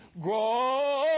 grow